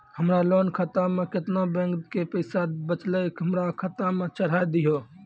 हमरा लोन खाता मे केतना बैंक के पैसा बचलै हमरा खाता मे चढ़ाय दिहो?